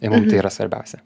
ir mum tai yra svarbiausia